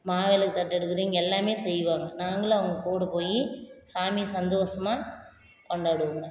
மாவிளக்கு தட்டு எடுக்குறவங்க எல்லாமே செய்வாங்க நாங்களும் அவங்க கூட போய் சாமியை சந்தோஷமா கொண்டாடுவோம்